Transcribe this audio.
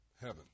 heaven